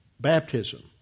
baptism